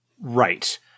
Right